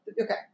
Okay